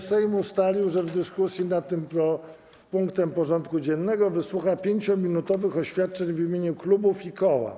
Sejm ustalił, że w dyskusji nad tym punktem porządku dziennego wysłucha 5-minutowych oświadczeń w imieniu klubów i koła.